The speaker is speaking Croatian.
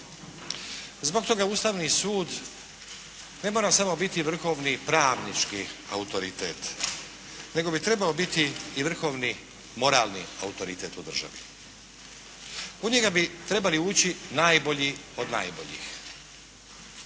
Zbog toga Ustavni sud ne mora on samo biti vrhovni pravnički autoritet nego bi trebao biti i vrhovni moralni autoritet u državi. U njega bi trebali ući najbolji od najboljih.